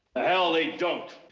the hell they don't!